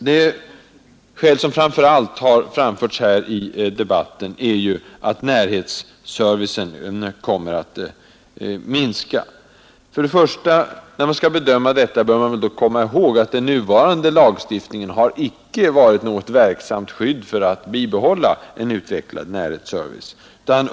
Det skäl som framför allt har framförts här i debatten är ju att närhetsservicen kommer att minska. När man skall bedöma detta, måste man först och främst komma ihåg att den nuvarande lagstiftningen inte har varit något verksamt skydd för att bibehålla en utvecklad närhetsservice.